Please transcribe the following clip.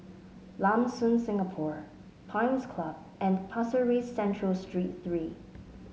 Lam Soon Singapore Pines Club and Pasir Ris Central Street Three